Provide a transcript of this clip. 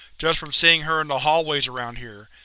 just from seeing her in the hallways around here.